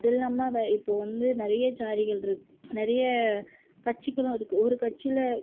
அதுவும் இல்லாமல் வ இப்போ வந்து நிறைய ஜாதிகள் இருக் நிறைய கட்சிகளும் இருக்கு ஒரு கட்சியில்